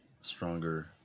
stronger